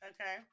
Okay